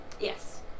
Yes